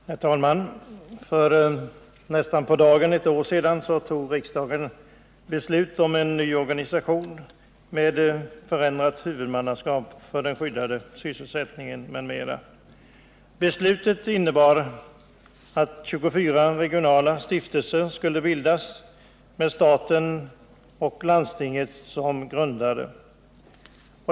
Herr talman! För nästan på dagen ett år sedan tog riksdagen beslut om en ny organisation med förändrat huvudmannaskap för den skyddade sysselsättningen m.m. Beslutet innebar att 24 regionala stiftelser skulle bildas med staten och landstinget som grundare.